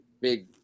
big